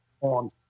on